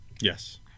Yes